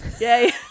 Yay